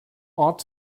ought